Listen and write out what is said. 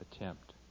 attempt